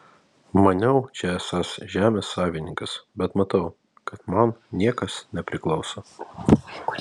maniau čia esąs žemės savininkas bet matau kad man niekas nepriklauso